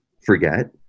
forget